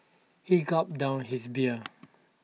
he gulped down his beer